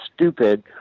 stupid